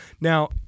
Now